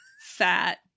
Fat